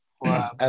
Wow